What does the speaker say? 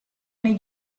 nei